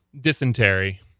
dysentery